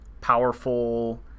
powerful